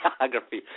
Geography